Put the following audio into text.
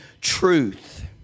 truth